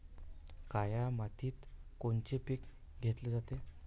काळ्या मातीत कोनचे पिकं घेतले जाते?